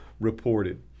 reported